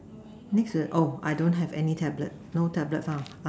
next to the oh I don't have any tablet no tablet found ah